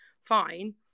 fine